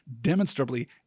demonstrably